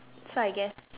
so I guess